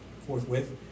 forthwith